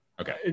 Okay